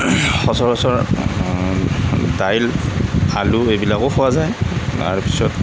সচৰাচৰ দাইল আলু এইবিলাকো খোৱা যায় তাৰ পিছত